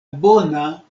bona